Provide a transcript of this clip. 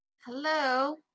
Hello